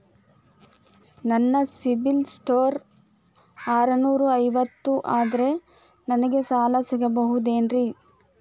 ನನ್ನ ಸಿಬಿಲ್ ಸ್ಕೋರ್ ಆರನೂರ ಐವತ್ತು ಅದರೇ ನನಗೆ ಸಾಲ ಸಿಗಬಹುದೇನ್ರಿ?